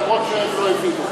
אף שהם לא הבינו,